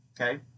okay